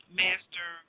master